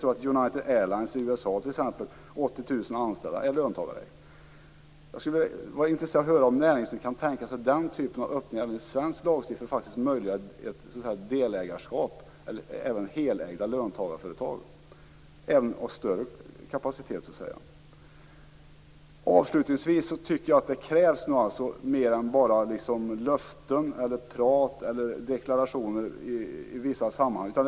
Exempelvis United Airlines i USA Jag skulle vara intresserad av att höra om näringsministern i svensk lagstiftning kan tänka sig en öppning som möjliggör ett delägande eller även helägande utövat av löntagare i företag, även i större företag. Avslutningsvis tycker jag att det nu krävs mer än löften, prat eller deklarationer i vissa sammanhang.